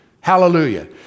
Hallelujah